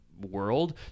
world